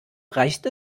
reicht